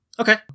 Okay